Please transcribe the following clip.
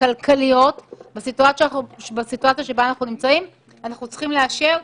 כלכליות בסיטואציה שבה אנחנו נמצאים - צריך לאשר,